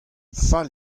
fall